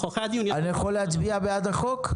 אני יכול להצביע בעד החוק?